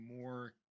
more